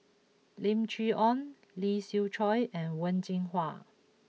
Lim Chee Onn Lee Siew Choh and Wen Jinhua